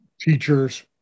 teachers